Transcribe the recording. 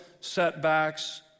setbacks